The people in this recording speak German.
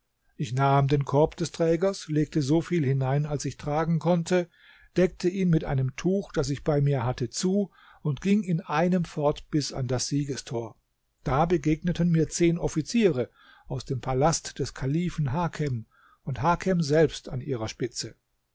ich nahm den korb des trägers legte so viel hinein als ich tragen konnte deckte ihn mit einem tuch das ich bei mir hatte zu und ging in einem fort bis an das siegestor da begegneten mir zehn offiziere aus dem palast des kalifen hakem und hakem selbst an ihrer spitze